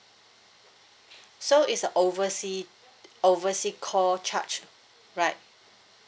so it's a oversea oversea call charge right